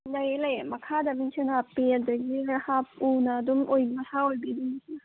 ꯂꯩꯌꯦ ꯂꯩꯌꯦ ꯃꯈꯥꯗ ꯃꯤꯡꯁꯦꯜ ꯍꯥꯞꯄꯤ ꯑꯗꯨꯗꯒꯤꯅꯦ ꯍꯥꯞ ꯎꯅ ꯑꯗꯨꯝ ꯑꯣꯏ ꯃꯁꯥꯑꯣꯏꯕꯤ ꯑꯗꯨꯝ